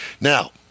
Now